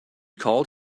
called